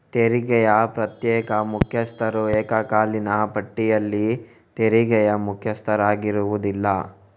ತೆರಿಗೆಯ ಪ್ರತ್ಯೇಕ ಮುಖ್ಯಸ್ಥರು ಏಕಕಾಲೀನ ಪಟ್ಟಿಯಲ್ಲಿ ತೆರಿಗೆಯ ಮುಖ್ಯಸ್ಥರಾಗಿರುವುದಿಲ್ಲ